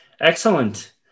excellent